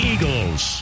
Eagles